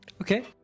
okay